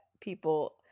people